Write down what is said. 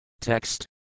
Text